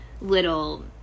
little